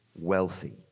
wealthy